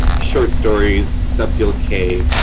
short stories, subfield k,